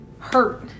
hurt